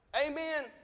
Amen